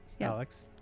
alex